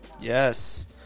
yes